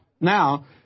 Now